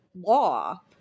law